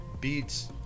beats